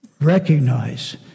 recognize